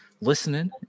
listening